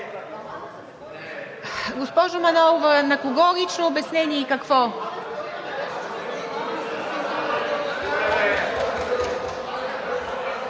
Госпожо Манолова, на кого лично обяснение и какво?